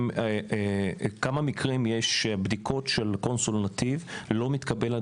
כמה בדיקות של קונסולים של נתיב לא מתקבלות